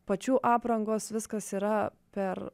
pačių aprangos viskas yra per